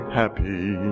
happy